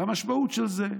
והמשמעות של זה,